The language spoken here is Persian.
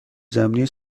زمینی